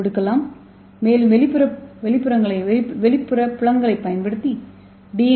ஏவை ஒடுக்கலாம் மேலும் வெளிப்புற புலங்களைப் பயன்படுத்தி டி